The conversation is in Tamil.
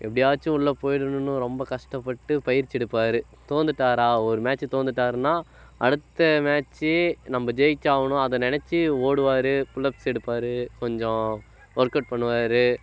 எப்படியாச்சும் உள்ளே போய்டணும்னு ரொம்ப கஷ்டப்பட்டு பயிற்சி எடுப்பார் தோத்துட்டாரா ஒரு மேட்ச்சி தோத்துட்டாருனா அடுத்த மேட்ச்சி நம்ம ஜெயிச்சாகணும் அதை நெனைச்சி ஓடுவார் புல்அப்ஸ் எடுப்பார் கொஞ்சம் ஒர்க்அவுட் பண்ணுவார்